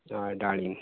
होय डाळींब